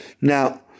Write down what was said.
Now